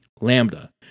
Lambda